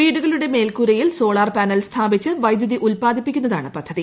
വീടുകളുടെ മേൽക്കൂരയിൽ solar panel സ്ഥാപിച്ച് വൈദ്യുതി ഉൽപാദിപ്പിക്കുന്നതാണ് പദ്ധതി